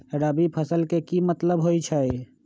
रबी फसल के की मतलब होई छई?